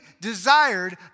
desired